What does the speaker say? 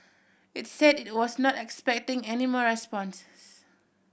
it said it was not expecting any more responses